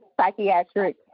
psychiatric